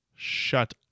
Shut